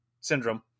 syndrome